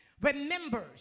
remembers